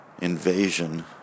Invasion